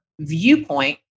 viewpoint